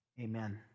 amen